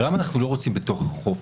למה אנחנו לא רוצים אופניים בתוך החוף?